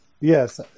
Yes